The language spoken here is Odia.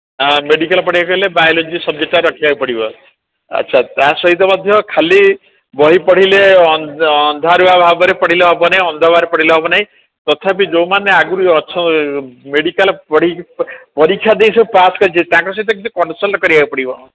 ହଁ ମେଡିକାଲ ପଢ଼ିବାକୁ ହେଲେ ବାୟୋଲୋଜି ସବଜେଟ ରଖିବାକୁ ପଡ଼ିବ ଆଚ୍ଛା ତା ସହିତ ମଧ୍ୟ ଖାଲି ବହି ପଢ଼ିଲେ ଅନ୍ଧାରୁଆ ଭାବରେ ପଢ଼ିଲେ ହେବନି ଅନ୍ଧ ଭାବରେ ପଢ଼ିଲେ ହେବନି ତଥାପି ଯୋଉମାନେ ଆଗରୁ ଅଛ ମେଡିକାଲ ପଢ଼ିକି ପରୀକ୍ଷା ଦେଇକି ପାସ କରିଛନ୍ତି ତାଙ୍କ ସହ କିଛି କନେକ୍ସନ କରିବାକୁ ପଡ଼ିବ